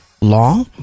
Law